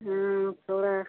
हम्म थोड़ा